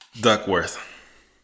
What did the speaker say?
Duckworth